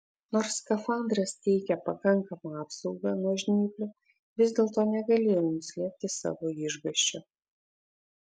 nors skafandras teikė pakankamą apsaugą nuo žnyplių vis dėlto negalėjau nuslėpti savo išgąsčio